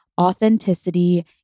authenticity